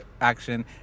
action